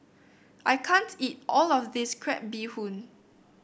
I can't eat all of this Crab Bee Hoon